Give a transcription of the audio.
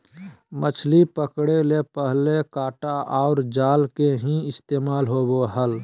मछली पकड़े ले पहले कांटा आर जाल के ही इस्तेमाल होवो हल